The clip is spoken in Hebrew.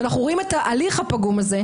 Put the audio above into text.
ואנחנו רואים את ההליך הפגום הזה.